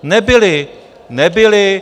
Nebyly, nebyly!